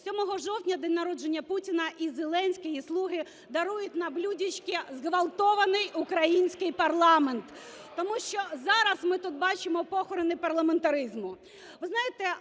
7 жовтня день народження Путіна. І Зеленський, і "слуги" дарують на блюдечку зґвалтований український парламент. Тому що зараз ми тут бачимо похорони парламентаризму.